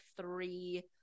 three